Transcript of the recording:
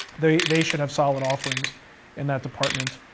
they they should have solid offerings in that department.